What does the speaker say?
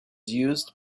used